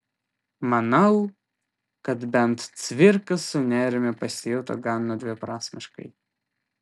manau kad bent cvirka su nėrimi pasijuto gana dviprasmiškai